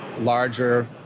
larger